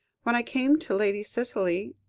when i came to lady cicely,